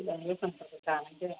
बांद्राय सानफ्रामबो जानाय जाया